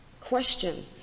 question